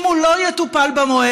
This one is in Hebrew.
אם הוא לא יטופל במועד,